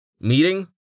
Meeting